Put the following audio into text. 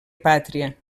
pàtria